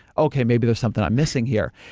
okay. maybe there's something i'm missing here.